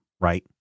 Right